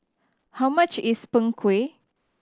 how much is Png Kueh